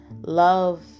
Love